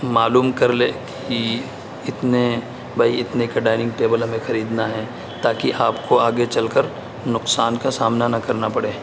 معلوم کر لے کہ اتنے بھائی اتنے کا ڈائننگ ٹیبل ہمیں کھریدنا ہے تا کہ آپ کو آگے چل کر نقصان کا سامنا نہ کرنا پڑے